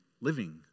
living